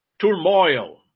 turmoil